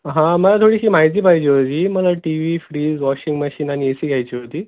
हां मला थोडीशी माहिती पाहिजे होती मला TV fridge washing machine आणि ए सी घ्यायची होती